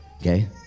Okay